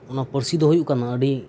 ᱚᱱᱟ ᱯᱟᱨᱥᱤ ᱫᱚ ᱦᱩᱭᱩᱜ ᱠᱟᱱᱟ ᱟᱹᱰᱤ